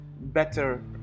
better